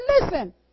listen